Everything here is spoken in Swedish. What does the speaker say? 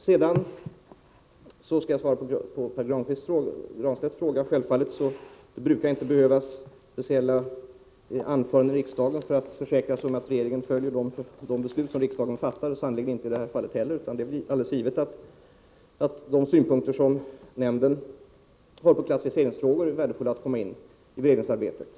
Sedan skall jag svara på Pär Granstedts fråga: Det brukar inte behövas speciella anföranden i riksdagen för att försäkra sig om att regeringen följer de beslut som riksdagen fattar, och det behövs sannerligen inte heller i det här fallet. Det är väl alldeles givet att de synpunkter som nämnden har i klassificeringsfrågor är värdefulla att få in i beredningsarbetet.